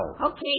Okay